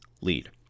lead